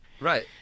Right